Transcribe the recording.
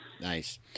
Nice